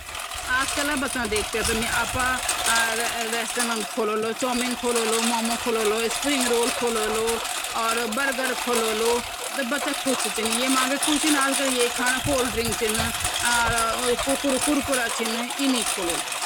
गिलहरियाँ जो ची वे वो न पैडा भीतर जो जो खोकला पेड़ होना वे के भीतर मतबल अफु ते सर्दियो ते रोड ते और जो अनाज ची वे ते उठे उटे वखि देर लगे देंदी और फिर सर्दियो भर वो क्या केन्डी की वे का भीतर रे की खेड़ी